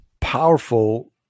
powerful